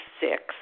six